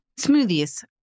Smoothies